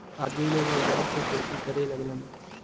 आदमी लोग औजार से खेती करे लगलन